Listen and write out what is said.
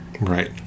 Right